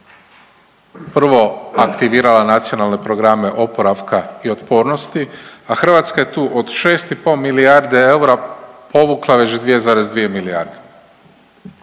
prvo aktivirala nacionalne programe oporavka i otpornosti, a Hrvatska je tu od 6,5 milijarde eura povukla već 2,2 milijarde.